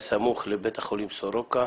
היה סמוך לבית החולים סורוקה.